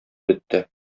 бетте